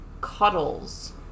Cuddles